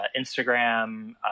Instagram